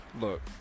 look